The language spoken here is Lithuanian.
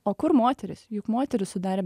o kur moterys juk moterys sudarė